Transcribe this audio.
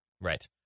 Right